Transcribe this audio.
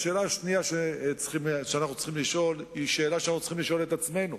שאלה שנייה שאנחנו צריכים לשאול היא שאלה שאנחנו צריכים לשאול את עצמנו.